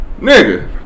Nigga